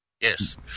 yes